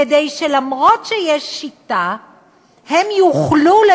כדי שהם יוכלו,